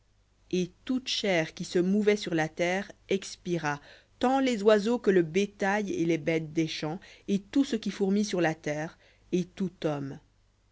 et toute chair qui se mouvait sur la terre expira tant les oiseaux que le bétail et les bêtes et tout ce qui fourmille sur la terre et tout homme